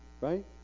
Right